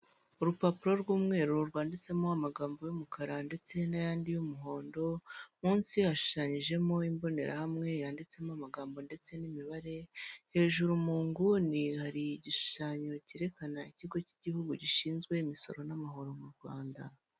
Urupapuro rw'umweru rwanditsemo amagambo y'umukara ndetse n'ayandi y'umuhondo, munsi yashushanyijemo imbonerahamwe yanditsemo amagambo ndetse n'imibare, hejuru mu nguni hari igishushanyo cyerekana ikigo cy'igihugu gishinzwe imisoro n'amahoro mu Rwanda.